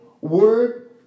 word